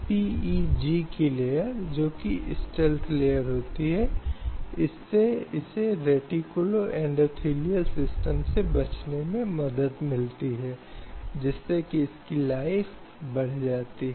इसी तरह बलात्कार की शिकार महिलाओं के मामले में जहां कई बार चिकित्सा परीक्षण होते हैं जो महिला की गरिमा का उल्लंघन करते हुए ऐसे चिकित्सीय परीक्षण किए जाते हैं